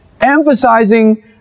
emphasizing